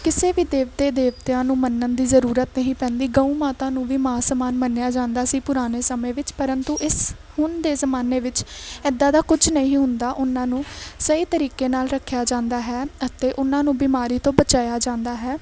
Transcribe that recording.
ਕਿਸੇ ਵੀ ਦੇਵਤੇ ਦੇਵਤਿਆਂ ਨੂੰ ਮੰਨਣ ਦੀ ਜਰੂਰਤ ਨਹੀਂ ਪੈਂਦੀ ਗਊ ਮਾਤਾ ਨੂੰ ਵੀ ਮਾਂ ਸਮਾਨ ਮੰਨਿਆ ਜਾਂਦਾ ਸੀ ਪੁਰਾਣੇ ਸਮੇਂ ਵਿੱਚ ਪਰੰਤੂ ਇਸ ਹੁਣ ਦੇ ਜਮਾਨੇ ਵਿੱਚ ਇਦਾਂ ਦਾ ਕੁਝ ਨਹੀਂ ਹੁੰਦਾ ਉਹਨਾਂ ਨੂੰ ਸਹੀ ਤਰੀਕੇ ਨਾਲ ਰੱਖਿਆ ਜਾਂਦਾ ਹੈ ਅਤੇ ਉਹਨਾਂ ਨੂੰ ਬਿਮਾਰੀ ਤੋਂ ਬਚਾਇਆ ਜਾਂਦਾ ਹੈ